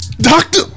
doctor